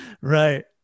Right